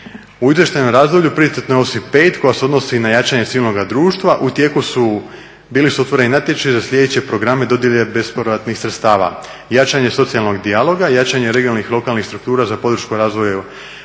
U izvještajnom razdoblju … pet koja se odnosi na jačanje civilnoga društva. Bili su otvoreni natječaji za sljedeće programe dodjele bespovratnih sredstava, jačanje socijalnog dijaloga, jačanje regionalnih i lokalnih struktura za podršku razvoja